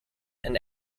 and